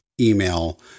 email